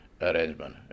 arrangement